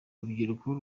rubyiruko